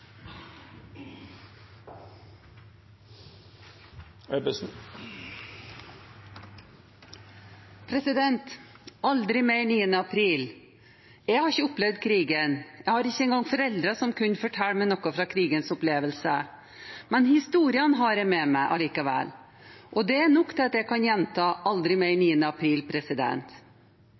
Aldri mer 9. april. Jeg har ikke opplevd krigen, jeg har ikke engang foreldre som kunne fortelle meg noe om krigens opplevelser. Men historiene har jeg med meg allikevel. Det er nok til at jeg kan gjenta: Aldri mer 9. april.